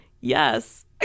Yes